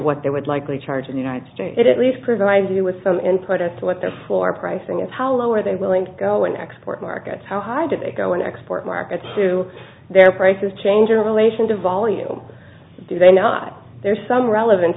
what they would likely charge in the united states at least provides you with some input as to what the floor pricing is how low are they willing to go in export markets how high do they go and export markets to their prices change in relation to volume do they not there some relevan